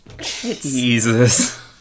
jesus